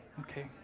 Okay